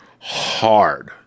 hard